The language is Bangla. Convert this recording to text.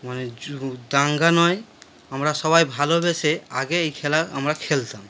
মানে যো দাঙ্গা নয় আমরা সবাই ভালোবেসে আগে এই খেলা আমরা খেলতাম